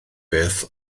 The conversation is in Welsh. beth